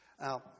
Now